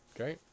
okay